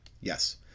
Yes